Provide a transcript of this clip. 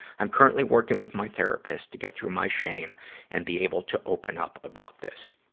i'm currently working with my therapist to get through my shame and be able to open up about this.